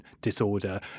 disorder